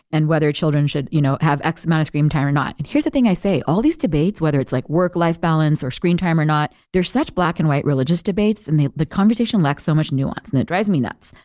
and whether children should you know have x amount of screen time or not. and here's the thing i say. all these debates, whether it's like work-life balance, or screen time or not, there such black-and-white religious debates and the the conversation lack so much nuance, and it drives me nuts.